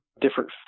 different